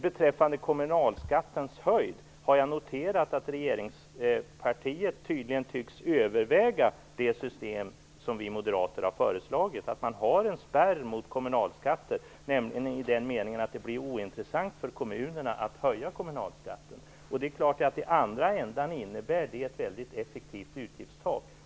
Beträffande kommunalskattens storlek har jag noterat att regeringspartiet tydligen tycks överväga det system som vi moderater har föreslagit, nämligen en spärr mot kommunalskatter i den meningen att det blir ointressant för kommunerna att höja kommunalskatten. I andra ändan innebär det ett väldigt effektivt utgiftstak.